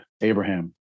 Abraham